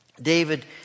David